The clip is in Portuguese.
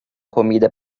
comida